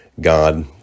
God